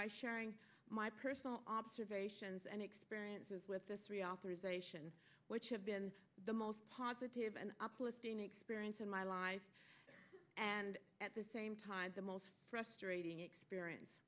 by sharing my personal observations and experiences with this reauthorization which have been the most positive and uplifting experience in my life and at the same time the most frustrating experience